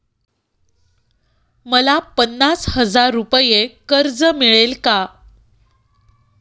मला पन्नास हजार रुपये कर्ज मिळेल का?